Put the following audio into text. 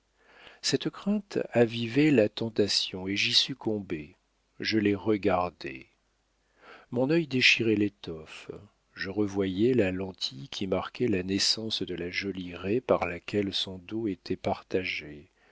cette crainte avivait la tentation et j'y succombais je les regardais mon œil déchirait l'étoffe je revoyais la lentille qui marquait la naissance de la jolie raie par laquelle son dos était partagé